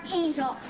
angel